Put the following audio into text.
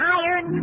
iron